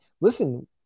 listen